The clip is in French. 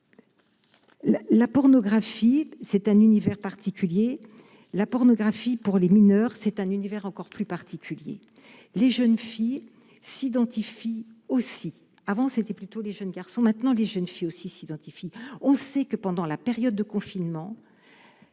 la pornographie, c'est un univers particulier la pornographie pour les mineurs, c'est un univers encore plus particulier, les jeunes filles s'identifie aussi avant, c'était plutôt les jeunes garçons, maintenant les jeunes filles aussi s'identifie, on sait que pendant la période de confinement,